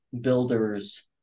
builders